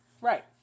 Right